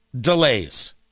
delays